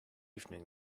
evening